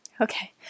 Okay